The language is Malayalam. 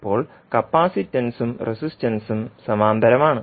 ഇപ്പോൾ കപ്പാസിറ്റൻസും റെസിസ്റ്റൻസും സമാന്തരമാണ്